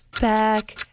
Back